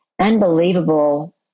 Unbelievable